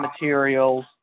materials